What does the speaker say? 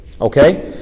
Okay